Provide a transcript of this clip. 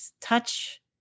touch